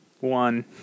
One